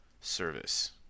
service